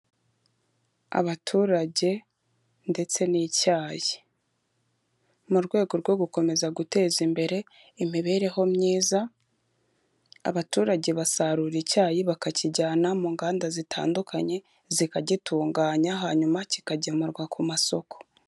Abaturage ndetse n'icyayi, mu rwego rwo gukomeza guteza imbere imibereho myiza, abaturage basarura icyayi bakakijyana mu nganda zitandukanye zikagitunganya, hanyuma kikagemurwa ku masoko.